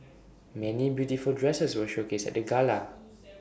many beautiful dresses were showcased at the gala